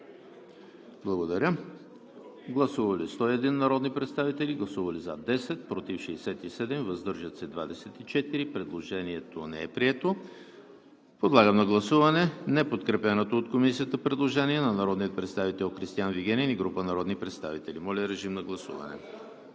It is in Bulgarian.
Комисията. Гласували 101 народни представители: за 10, против 67, въздържали се 24. Предложението не е прието. Подлагам на гласуване неподкрепеното от Комисията предложение на народния представител Кристиан Вигенин и група народни представители. Гласували